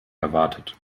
erwartet